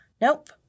Nope